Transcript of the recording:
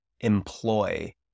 employ